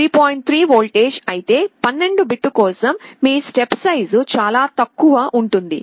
3 volt అయితే 12 bit కోసం మీ స్టెప్ సై జు చాలా తక్కువగా ఉంటుంది